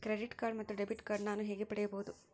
Credit card ಮತ್ತು debit card ನಾನು ಹೇಗೆ ಪಡೆಯಬಹುದು?